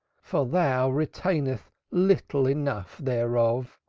for thou retainest little enough thereof.